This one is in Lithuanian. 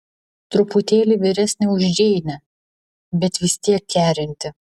truputėlį vyresnė už džeinę bet vis tiek kerinti